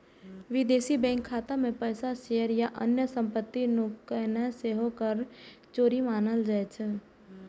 विदेशी बैंक खाता मे पैसा, शेयर आ अन्य संपत्ति नुकेनाय सेहो कर चोरी मानल जाइ छै